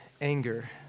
anger